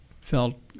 felt